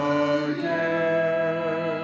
again